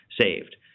saved